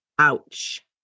Ouch